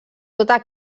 tota